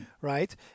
right